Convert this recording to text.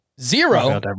zero